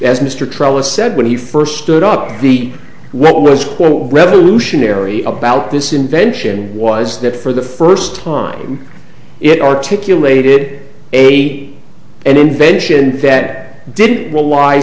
as mr trellis said when he first stood up the well was quote revolutionary about this invention was that for the first time it articulated aid and invention that did it wel